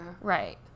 Right